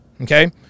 Okay